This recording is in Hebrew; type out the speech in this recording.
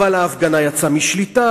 וההפגנה יצאה משליטה,